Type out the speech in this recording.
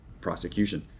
prosecution